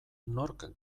nork